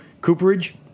cooperage